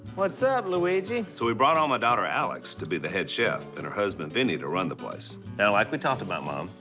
what's up, luigi? so we brought on my daughter alex to be the head chef, and her husband vinnie to run the place. now like we talked about, mom,